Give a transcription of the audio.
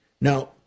Now